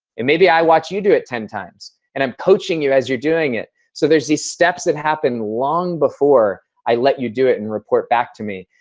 maybe i watch you do it ten times, and i'm coaching you as you're doing it. so there's these steps that happen long before i let you do it and report back to me.